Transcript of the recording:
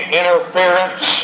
interference